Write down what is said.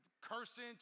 cursing